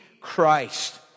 Christ